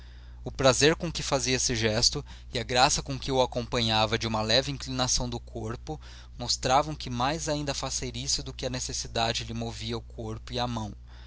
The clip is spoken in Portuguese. o prazer com que fazia esse gesto e a graça com que o acompanhava de uma leve inclinação do corpo mostravam que mais ainda a faceirice do que a necessidade lhe movia o corpo e a mão